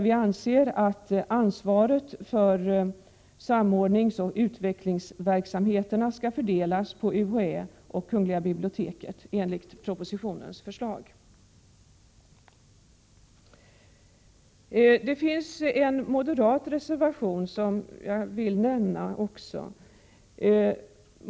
Vi anser att ansvaret för samordningsoch utvecklingsverksamheterna skall fördelas på UHÄ och Kungl. biblioteket enligt propositionens förslag. Det finns en moderat reservation som jag också vill nämna.